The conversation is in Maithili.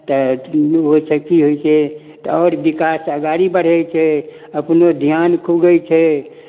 तऽ ओहिसँ की होइ छै तऽ आओर विकास अगाड़ी बढ़ै छै अपनो ध्यान खुगै छै